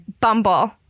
Bumble